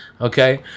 Okay